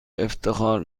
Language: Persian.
افتخار